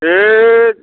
हैथ